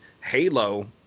Halo